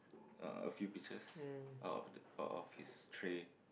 uh few pieces out of out of his tray